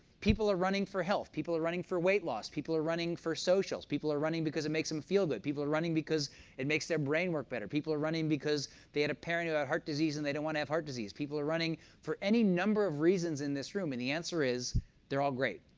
people are running for health. people are running for weight loss. people are running for socials. people are running because it makes them feel good. but people are running because it makes their brain work better. people are running because they had a parent who had heart disease, and they don't want to have heart disease. people are running for any number of reasons in this room, and the answer is they're all great.